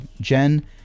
Jen